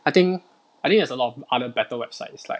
I think I think there's a lot of other better websites like